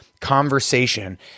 conversation